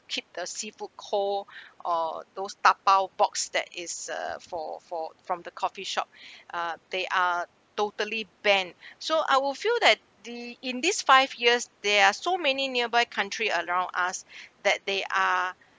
keep the seafood cold or those dabao box that is uh for for from the coffee shop uh they are totally ban so I will feel that the in this five years there are so many nearby country around us that they are